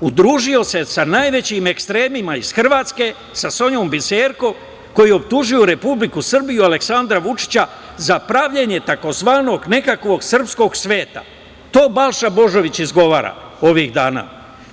Udružio se sa najvećim ekstremima iz Hrvatske, sa Sonjom Biserko, koji optužuju Republiku Srbiju, Aleksandra Vučića za pravljenje tzv. nekakvog srpskog sveta, to Balša Božović izgovara ovih dana,